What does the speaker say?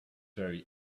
very